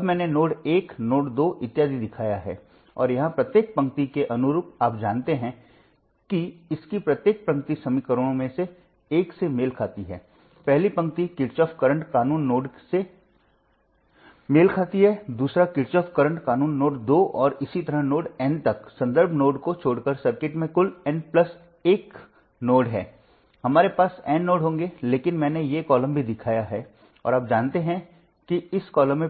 हमने जो पहला मामला लिया वह नोडल विश्लेषण के लिए सबसे सरल था यह तब था जब हमारे पास सर्किट में केवल प्रतिरोधक और स्वतंत्र